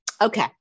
okay